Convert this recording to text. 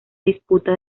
disputa